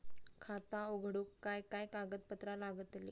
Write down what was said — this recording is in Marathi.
खाता उघडूक काय काय कागदपत्रा लागतली?